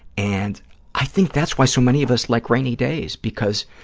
and i think that's why so many of us like rainy days, because